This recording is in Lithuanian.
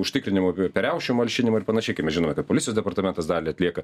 užtikrinimu riaušių malšinimu ir panašiai kaip mes žinome kad policijos departamentas dalį atlieka